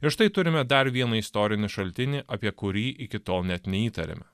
ir štai turime dar vieną istorinį šaltinį apie kurį iki tol net neįtarėme